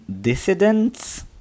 dissidents